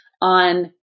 on